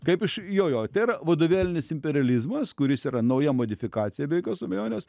kaip iš jo jo tai yra vadovėlinis imperializmas kuris yra nauja modifikacija be jokios abejonės